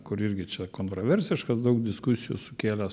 kur irgi čia kontroversiškas daug diskusijų sukėlęs